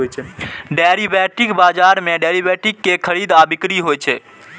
derivative बाजार मे derivative के खरीद आ बिक्री होइ छै